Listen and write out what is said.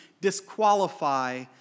disqualify